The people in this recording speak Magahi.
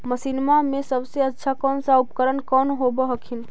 मसिनमा मे सबसे अच्छा कौन सा उपकरण कौन होब हखिन?